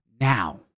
now